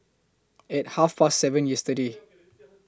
At Half Past seven yesterday